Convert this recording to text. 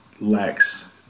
lacks